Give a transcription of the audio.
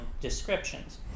descriptions